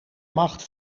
macht